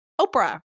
Oprah